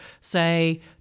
say